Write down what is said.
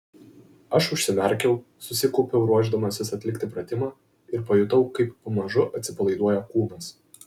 aš užsimerkiau susikaupiau ruošdamasis atlikti pratimą ir pajutau kaip pamažu atsipalaiduoja kūnas